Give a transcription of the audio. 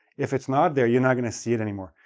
if it's not there, you're not going to see it anymore.